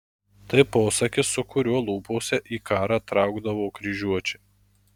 tai posakis su kuriuo lūpose į karą traukdavo kryžiuočiai